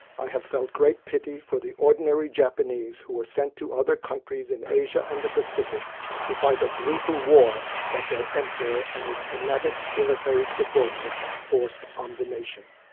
i have felt great pity for the ordinary japanese who were sent to other countries in asia and the pacific to fight a brutal war that their emperor and his fanatic military subordinates forced on the nation.